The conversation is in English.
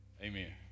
Amen